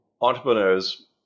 entrepreneurs